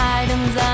items